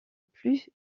plus